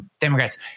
Democrats